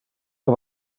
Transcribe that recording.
que